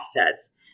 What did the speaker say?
assets